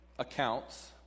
accounts